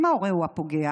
ואם ההורה הוא הפוגע?